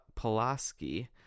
Pulaski